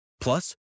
Plus